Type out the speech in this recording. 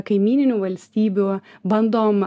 kaimyninių valstybių bandom